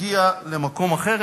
תגיע למקום אחר,